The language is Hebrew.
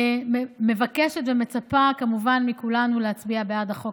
אני מבקשת ומצפה כמובן מכולנו להצביע בעד החוק.